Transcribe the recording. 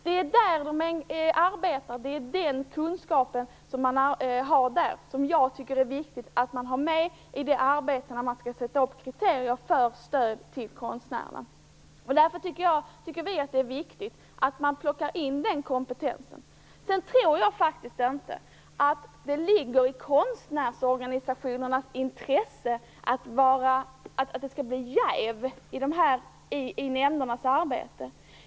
Det är där de arbetar, och det är den kunskap som finns där som jag tycker är viktig att ha med i arbetet med att sätta upp kriterier för stöd till konstnärerna. Därför tycker vi socialdemokrater att det är viktigt att plocka in den kompetensen. Jag tror faktiskt inte att det ligger i konstnärsorganisationernas intresse att det skall bli jäv i nämndernas arbete.